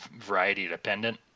variety-dependent